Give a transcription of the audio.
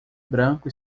branco